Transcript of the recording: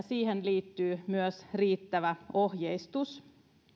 siihen liittyy myös riittävä ohjeistus